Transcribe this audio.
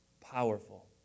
powerful